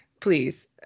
please